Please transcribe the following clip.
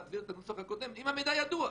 להחזיר את הנוסח הקודם, "אם המידע ידוע".